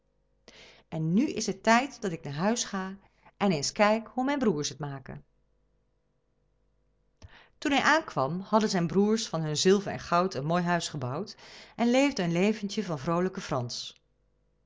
en nu is het tijd dat ik naar huis ga en eens kijk hoe mijn broêrs het maken toen hij aankwam hadden zijn broêrs van hun zilver en goud een mooi huis gebouwd en leefden een leventje van vroolijken frans